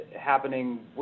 happening